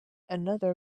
another